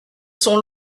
sont